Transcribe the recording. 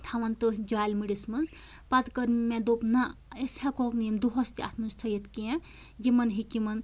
تھاوان تٔتھۍ جالہِ مٔرِس منٛز پَتہٕ کٔر مےٚ دوٚپ نَہ أسۍ ہیٚکَہوک نہٕ یِم دۄہَس تہِ اَتھ منٛز تھٲیِتھ کیٚنٛہہ یِمَن ہیٚکہِ یِمَن